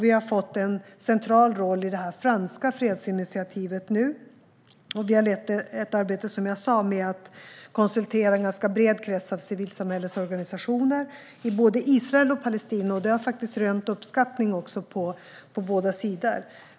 Vi har nu fått en central roll i det franska fredsinitiativet, och som jag sa har vi lett ett arbete med att konsultera en ganska bred krets av civilsamhällets organisationer i både Israel och Palestina. Det har faktiskt rönt uppskattning på båda sidor.